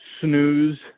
snooze